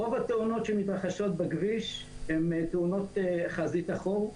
רוב התאונות שמתרחשות בכביש הן תאונות חזית-אחור,